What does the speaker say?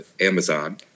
Amazon